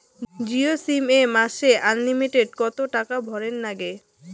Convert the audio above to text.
Jio sim এ মাসে unlimited কত টাকা ভরের নাগে?